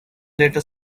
later